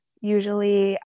usually